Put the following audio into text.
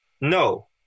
No